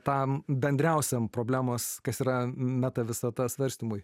tam bendriausiam problemos kas yra meta visata svarstymui